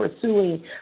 pursuing